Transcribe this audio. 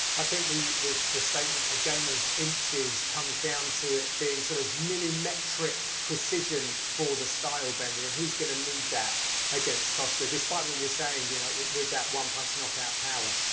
i think the the statement a game of inches comes down to it being sort of millimetric precision for the stylebender and he's gonna need that against costa. despite what you're saying you know, with that one-punch knockout power.